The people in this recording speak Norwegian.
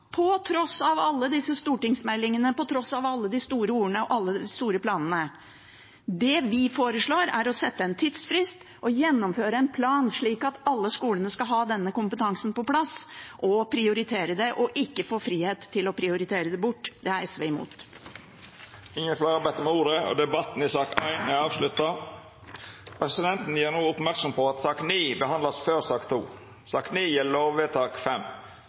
på tross av alle disse stortingsmeldingene, på tross av alle de store ordene og alle de store planene. Det vi foreslår, er å sette en tidsfrist og gjennomføre en plan, slik at alle skolene skal ha denne kompetansen på plass og prioritere det – og ikke få frihet til å prioritere det bort. Det er SV imot. Fleire har ikkje bedt om ordet til sak nr. 1. Presidenten gjer merksam på at sak nr. 9 vert behandla før sak